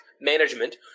management